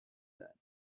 that